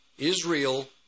Israel